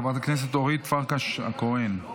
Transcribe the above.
חברת הכנסת אורית פרקש הכהן,